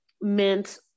meant